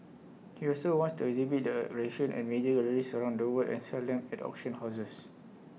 he also wants to exhibit the at major galleries around the world and sell them at auction houses